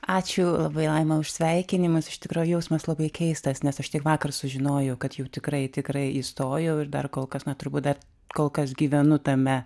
ačiū labai laima už sveikinimus iš tikro jausmas labai keistas nes aš tik vakar sužinojau kad jau tikrai tikrai įstojau ir dar kol kas na turbūt dar kol kas gyvenu tame